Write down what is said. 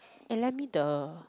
eh lend me the